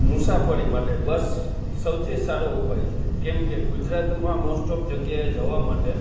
મુસાફરી માટે બસ સૌથી સારો ઉપાય છે કેમકે ગુજરાતમાં મોસ્ટ ઓફ જગ્યાએ જવા માટે